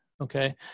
okay